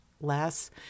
less